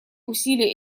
усилий